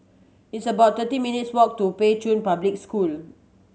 it's about thirty minutes' walk to Pei Chun Public School